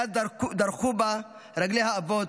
מאז דרכו בו רגלי האבות,